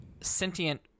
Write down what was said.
sentient